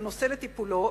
את הנושא לטיפולו,